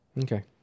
Okay